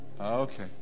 Okay